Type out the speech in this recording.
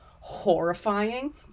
horrifying